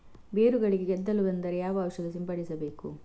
ಬೇರುಗಳಿಗೆ ಗೆದ್ದಲು ಬಂದರೆ ಯಾವ ಔಷಧ ಸಿಂಪಡಿಸಬೇಕು?